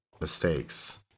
mistakes